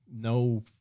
no